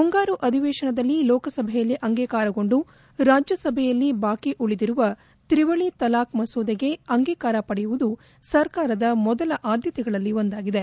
ಮುಂಗಾರು ಅಧಿವೇಶನದಲ್ಲಿ ಲೋಕಸಭೆಯಲ್ಲಿ ಅಂಗೀಕಾರಗೊಂಡು ರಾಜ್ಯಸಭೆಯಲ್ಲಿ ಬಾಕಿ ಉಳಿದಿರುವ ತ್ರಿವಳಿ ತಲಾಖ್ ಮಸೂದೆಗೆ ಅಂಗೀಕಾರ ಪಡೆಯುವುದು ಸರ್ಕಾರದ ಮೊದಲ ಆದ್ದತೆಗಳಲ್ಲಿ ಒಂದಾಗಿದೆ